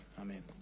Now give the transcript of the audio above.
Amen